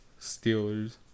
Steelers